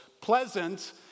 pleasant